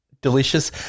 delicious